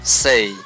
Say